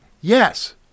Yes